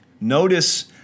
Notice